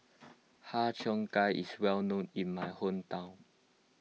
Har Cheong Gai is well known in my hometown